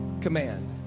command